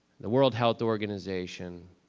the world health organization.